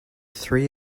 three